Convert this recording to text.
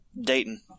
Dayton